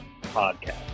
podcast